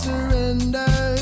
Surrender